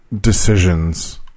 decisions